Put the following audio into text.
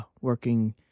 working